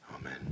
Amen